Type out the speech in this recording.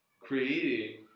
creating